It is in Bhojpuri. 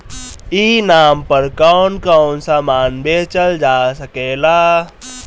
ई नाम पर कौन कौन समान बेचल जा सकेला?